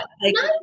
No